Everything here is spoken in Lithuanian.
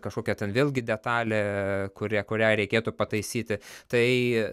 kažkokia ten vėlgi detalė kuria kurią reikėtų pataisyti tai